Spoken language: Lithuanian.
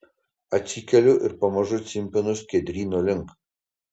atsikeliu ir pamažu cimpinu skiedryno link